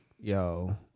Yo